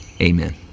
Amen